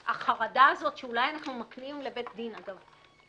החרדה הזאת שאולי אנחנו מקנים ונותנים פתאום לבית דין אגב,